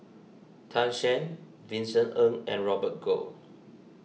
Tan Shen Vincent Ng and Robert Goh